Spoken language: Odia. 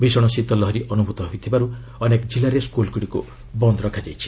ଭୀଷଣ ଶୀତଳ ଲହରୀ ଅନୁଭୂତ ହେଉଥିବାରୁ ଅନେକ ଜିଲ୍ଲାରେ ସ୍କୁଲ୍ଗୁଡ଼ିକୁ ବନ୍ଦ ରଖାଯାଇଛି